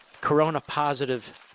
corona-positive